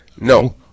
No